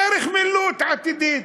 דרך מילוט עתידית.